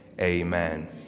Amen